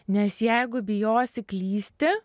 nes jeigu bijosi klysti